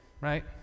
right